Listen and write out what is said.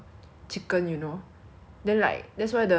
gets like fried with the same oil like for the whole day